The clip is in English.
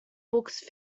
books